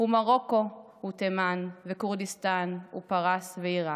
ומרוקו / ותימן / וכורדיסטן / ופרס / ועיראק.